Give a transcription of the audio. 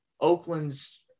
Oakland's